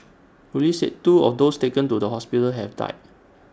Police said two of those taken to the hospital have died